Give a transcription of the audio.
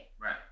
Right